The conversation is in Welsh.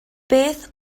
beth